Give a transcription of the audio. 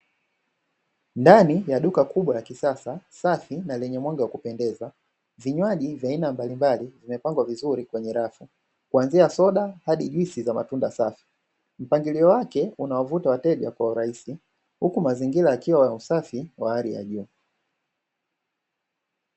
Ndani ya duka kubwa la kisasa, safi, na lenye mwanga wa kupendeza. Vinywaji vya aina mbalimbali vimepangwa vizuri kwenye rafu, kuanzia soda hadi juisi za matunda safi. Mpangilio wake unawavuta wateja kwa urahisi huku mazingira yakiwa ya usafi wa hali ya juu.